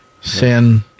sin